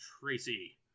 Tracy